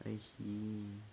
I see